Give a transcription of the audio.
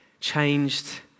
changed